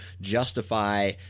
justify